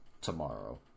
Tomorrow